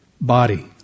Body